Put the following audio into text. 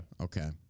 Okay